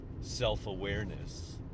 self-awareness